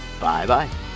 Bye-bye